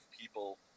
people